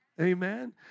Amen